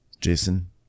Jason